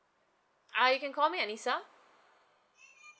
ah you can call me anisa